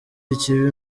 ikibi